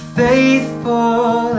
faithful